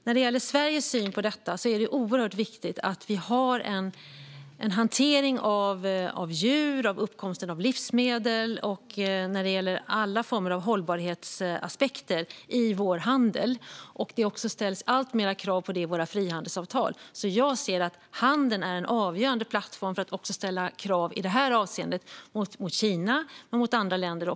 När det gäller Sveriges syn på detta är det oerhört viktigt att vi har en hantering av djur och livsmedel som uppfyller alla former av hållbarhetsaspekter i vår handel. Det ställs också alltmer krav på det i våra frihandelsavtal. Jag ser därför att handeln är en avgörande plattform för att ställa krav i det här avseendet också på Kina och på andra länder.